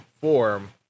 form